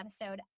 episode